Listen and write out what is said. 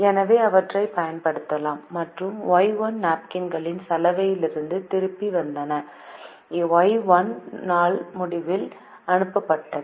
எனவே அவற்றைப் பயன்படுத்தலாம் மற்றும் Y 1 நாப்கின்கள் சலவையிலிருந்து திரும்பி வந்தன Y 1 நாள் முடிவில் அனுப்பப்பட்டது